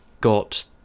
got